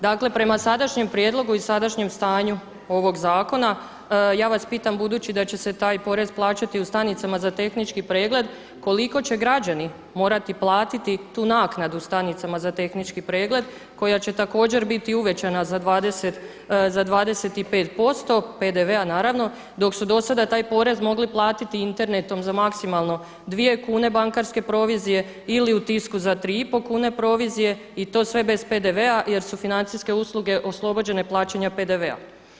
Dakle, prema sadašnjem prijedlogu i sadašnjem stanju ovog zakona ja vas pitam budući da će se taj porez plaćati u stanicama za tehnički pregled, koliko će građani morati platiti tu naknadu stanicama za tehnički pregled koja će također biti uvećana za 25% PDV-a naravno dok su do sada taj porez mogli platiti internetom za maksimalno dvije kune bankarske provizije ili u Tisku za 3,5 kune provizije i to sve bez PDV-a jer su financijske usluge oslobođene plaćanja PDV-a.